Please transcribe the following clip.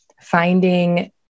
finding